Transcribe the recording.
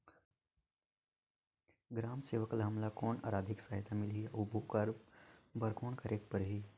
ग्राम सेवक ल हमला कौन आरथिक सहायता मिलही अउ ओकर बर कौन करे के परही?